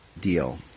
deal